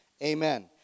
Amen